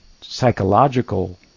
psychological